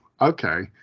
Okay